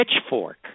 Pitchfork